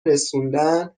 رسوندن